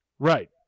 Right